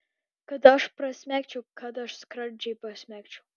kad aš prasmegčiau kad aš skradžiai prasmegčiau